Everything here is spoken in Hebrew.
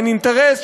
אין אינטרס,